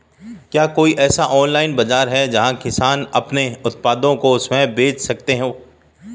क्या कोई ऐसा ऑनलाइन बाज़ार है जहाँ किसान अपने उत्पादकों को स्वयं बेच सकते हों?